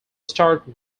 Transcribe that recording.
start